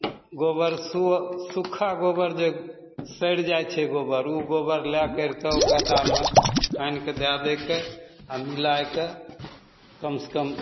गोबर सु सुखा गोबर जे सइरि जाइ छै जे गोबर ओ गोबर लै करिकऽ ओ खदहामे खनि कऽ दै दइके आ मिलाइके कमसँ कम